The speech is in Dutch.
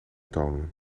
tonen